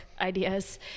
ideas